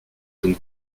donc